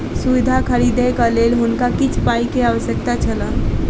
सुविधा खरीदैक लेल हुनका किछ पाई के आवश्यकता छल